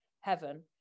heaven